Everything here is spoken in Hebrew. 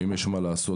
האם יש מה לעשות?